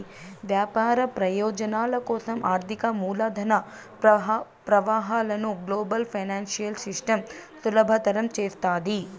వ్యాపార ప్రయోజనాల కోసం ఆర్థిక మూలధన ప్రవాహాలను గ్లోబల్ ఫైనాన్సియల్ సిస్టమ్ సులభతరం చేస్తాది